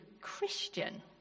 Christian